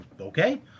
okay